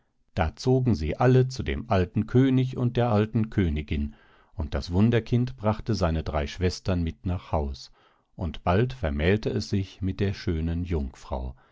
da zogen sie alle zu dem alten könig und der alten königin und das wunderkind brachte seine drei schwestern mit nach haus und bald vermählte es sich mit der schönen jungfrau